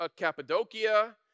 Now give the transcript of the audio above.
Cappadocia